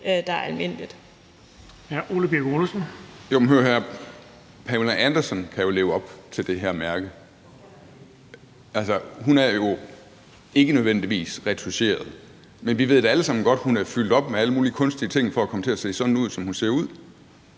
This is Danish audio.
der er anvendeligt.